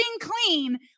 clean